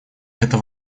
это